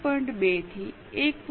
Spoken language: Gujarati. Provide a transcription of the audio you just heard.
2 થી 1